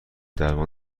درمان